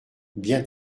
bien